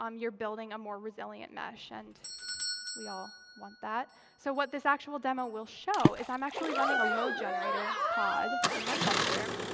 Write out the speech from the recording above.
um you're building a more resilient mesh. and we all want that. so what this actual demo will show is i'm actually running a load generator pod in my cluster.